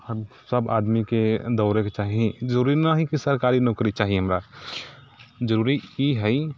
हमसभ आदमीके दौड़यके चाही जरूरी ना हइ सरकारी नौकरी चाही हमरा जरूरी ई हइ